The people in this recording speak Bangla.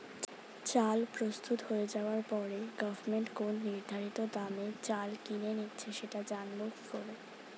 চাল প্রস্তুত হয়ে যাবার পরে গভমেন্ট কোন নির্ধারিত দামে চাল কিনে নিচ্ছে সেটা জানবো কি করে?